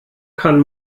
kann